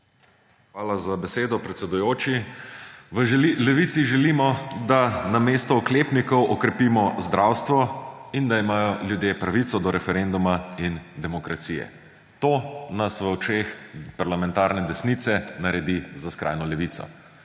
Hvala za besedo, predsedujoči. V Levici želimo, da namesto oklepnikov okrepimo zdravstvo in da imajo ljudje pravico do referenduma in demokracije ‒ to nas v očeh parlamentarne desnice naredi za skrajno levico.